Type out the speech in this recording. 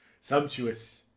Sumptuous